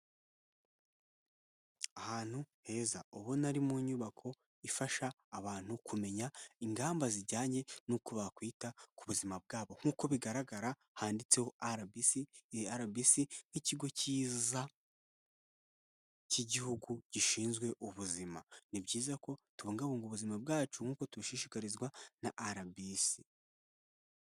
Ahantu heza ubona ari mu nyubako ifasha abantu kumenya ingamba zijyanye n'uko bakwita ku buzima bwabo nk'uko bigaragara handitseho RBC, iyi RBC nk'ikigo cyiza cy'Igihugu gishinzwe ubuzima, ni byiza ko tubungabunga ubuzima bwacu nk'uko tubishishikarizwa na RBC.